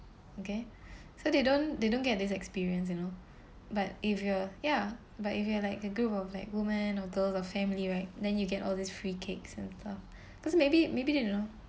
okay so they don't they don't get this experience you know but if you are ya but if you are like the group of like women are those of family right then you get all these free cakes and stuff because maybe maybe they don't know